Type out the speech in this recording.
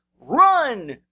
Run